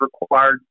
required